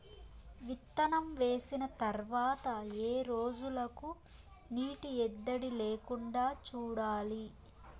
విత్తనం వేసిన తర్వాత ఏ రోజులకు నీటి ఎద్దడి లేకుండా చూడాలి?